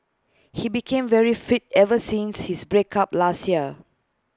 he became very fit ever since his break up last year